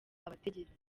abategetsi